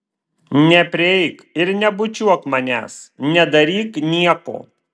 neprieik ir nebučiuok manęs nedaryk nieko